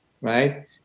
right